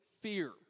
fear